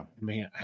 Man